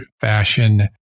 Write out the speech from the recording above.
fashion